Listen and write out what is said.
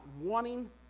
wanting